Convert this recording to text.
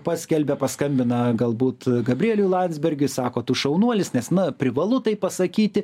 paskelbia paskambina galbūt gabrieliui landsbergiui sako tu šaunuolis nes na privalu tai pasakyti